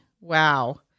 Wow